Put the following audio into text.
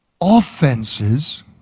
Offenses